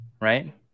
right